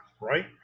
right